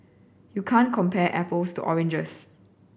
you can't compare apples to oranges